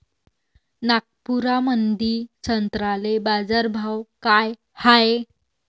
नागपुरामंदी संत्र्याले बाजारभाव काय हाय?